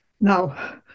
Now